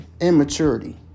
immaturity